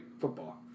football